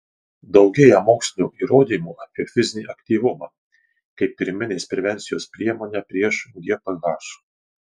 daugėja mokslinių įrodymų apie fizinį aktyvumą kaip pirminės prevencijos priemonę prieš gph